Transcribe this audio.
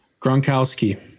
Gronkowski